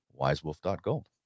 wisewolf.gold